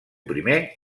primer